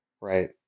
right